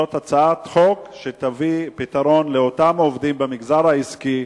זאת הצעת חוק שתביא פתרון לאותם עובדים במגזר העסקי,